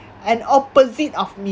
an opposite of me